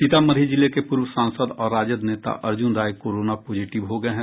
सीतामढ़ी जिले के पूर्व सांसद और राजद नेता अर्जून राय कोरोना पॉजिटिव हो गये हैं